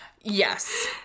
Yes